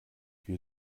wir